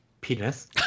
Penis